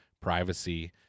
privacy